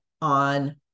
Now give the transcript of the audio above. on